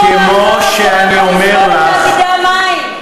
תאגידי המים,